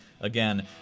again